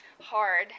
hard